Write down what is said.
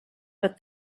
but